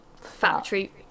factory